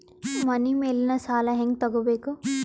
ಮನಿ ಮೇಲಿನ ಸಾಲ ಹ್ಯಾಂಗ್ ತಗೋಬೇಕು?